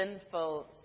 sinful